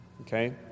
Okay